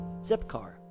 Zipcar